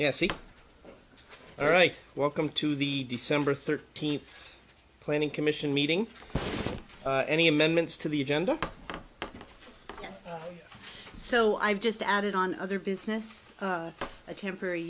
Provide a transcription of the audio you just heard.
yes all right welcome to the december thirteenth planning commission meeting any amendments to the agenda so i've just added on other business a temporary